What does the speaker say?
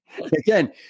Again